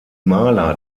maler